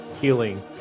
healing